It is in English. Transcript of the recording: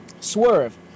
Swerve